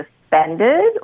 suspended